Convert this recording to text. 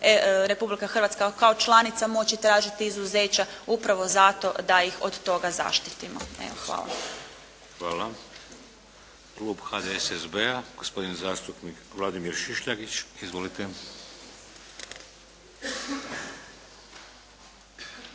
Republika Hrvatska kao članica moći tražiti izuzeća upravo zato da ih od toga zaštitimo. Evo hvala. **Šeks, Vladimir (HDZ)** Hvala. Klub HDSSB-a gospodin zastupnik Vladimir Šišljagić. Izvolite.